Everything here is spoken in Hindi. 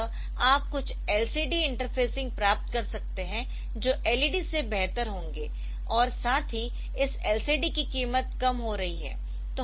तो इस तरह आप कुछ LCD इंटरफेसिंग प्राप्त कर सकते है जो LED से बेहतर होंगे और साथ ही इस LCD की कीमत कम हो रही है